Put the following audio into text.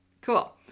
cool